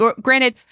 Granted